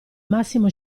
massimo